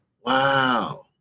wow